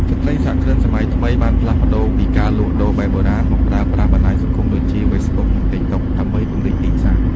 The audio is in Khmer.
ស្ត្រីសហគ្រិនសម័យថ្មីបានផ្លាស់ប្តូរពីការលក់ដូរបែបបុរាណ មកប្រើប្រាស់បណ្ដាញសង្គមដូចជា Facebook និង TikTok ដើម្បីពង្រីកទីផ្សារ។